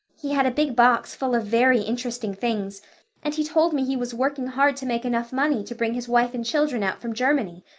he had a big box full of very interesting things and he told me he was working hard to make enough money to bring his wife and children out from germany.